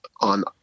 on